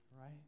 right